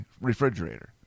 refrigerator